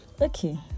Okay